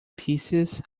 pieces